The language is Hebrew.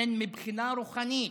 ולכן מבחינה רוחנית